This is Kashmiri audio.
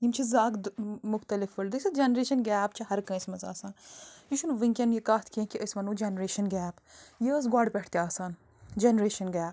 یِم چھِ زٕ اَکھ دٕ مُختلف جیسے جنریشَن گیپ چھِ ہر کٲنٛسہِ منٛز آسان یہِ چھُنہٕ وُنٛکیٚن یہِ کَتھ کیٚنٛہہ کہِ أسۍ ونو جنریشَن گیپ یہِ ٲس گۄڈٕ پٮ۪ٹھ تہِ آسان جنریشَن گیپ